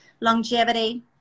longevity